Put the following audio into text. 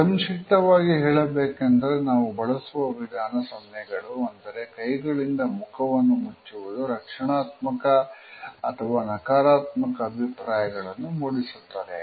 ಸಂಕ್ಷಿಪ್ತವಾಗಿ ಹೇಳಬೇಕೆಂದರೆ ನಾವು ಬಳಸುವ ವಿಧಾನ ಸನ್ನೆಗಳು ಅಂದರೆ ಕೈಗಳಿಂದ ಮುಖವನ್ನು ಮುಚ್ಚುವುದು ರಕ್ಷಣಾತ್ಮಕ ಅಥವಾ ನಕಾರಾತ್ಮಕ ಅಭಿಪ್ರಾಯಗಳನ್ನು ಮೂಡಿಸುತ್ತದೆ